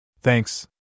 Thanks